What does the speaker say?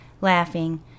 laughing